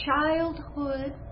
childhood